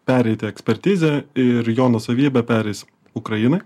pereiti ekspertizę ir jo nuosavybė pereis ukrainai